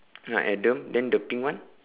ah adam then the pink one